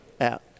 out